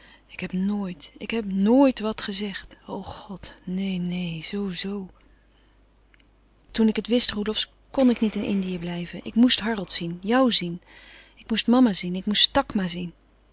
ik heb nooit ik heb nooit wat gezegd o god neen neen zoo-zoo toen ik het wist roelofsz kn ik niet in indië blijven ik moest harold zien jou zien ik moest mama zien ik moest takma zien